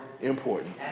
important